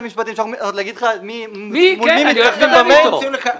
אני הולך לדבר אתו.